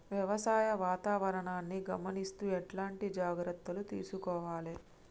వ్యవసాయ వాతావరణాన్ని గమనిస్తూ ఎట్లాంటి జాగ్రత్తలు తీసుకోవాలే?